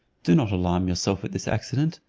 do not alarm yourself at this accident,